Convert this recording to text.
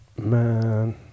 Man